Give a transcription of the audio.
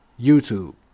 YouTube